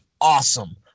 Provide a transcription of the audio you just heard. awesome